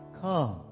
come